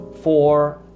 four